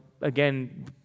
again